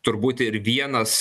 turbūt ir vienas